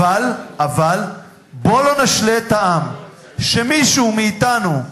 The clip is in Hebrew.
אבל בואו לא נשלה את העם שמישהו מאתנו,